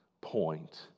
point